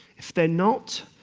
if they're not,